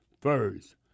first